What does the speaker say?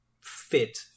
fit